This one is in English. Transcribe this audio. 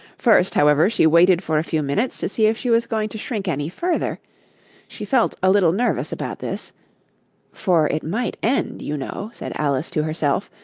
first, however, she waited for a few minutes to see if she was going to shrink any further she felt a little nervous about this for it might end, you know said alice to herself,